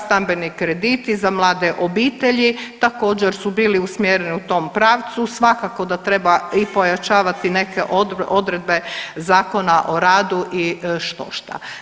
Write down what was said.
Stambeni krediti za mlade obitelji također su bili usmjereni u tom pravcu, svakako da treba i pojačavati neke odredbe Zakona o radu i štošta.